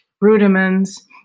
rudiments